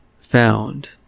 found